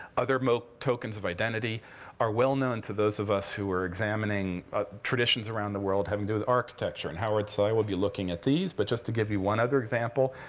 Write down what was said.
other tokens of identity are well-known to those of us who are examining traditions around the world, having do with architecture. and howard tsai will be looking at these. but just to give you one other example,